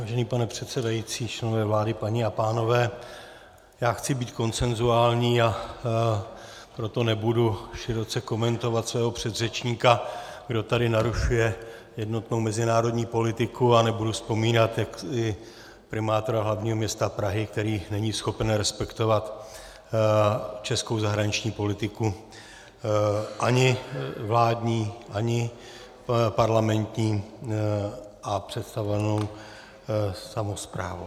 Vážený pane předsedající, členové vlády, paní a pánové, já chci být konsenzuální, a proto nebudu široce komentovat svého předřečníka, kdo tady narušuje jednotnou mezinárodní politiku, a nebudu vzpomínat primátora hlavního města Prahy, který není schopen respektovat českou zahraniční politiku ani vládní, ani parlamentní a představovanou samosprávu.